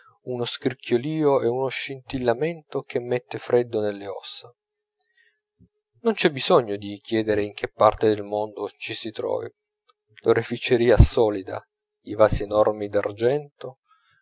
uno scricchiolio e uno scintillamento che mette freddo nelle ossa non c'è bisogno di chiedere in che parte del mondo ci si trovi l'oreficeria solida i vasi enormi d'argento